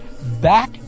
Back